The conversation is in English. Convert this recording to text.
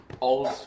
old